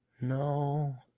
no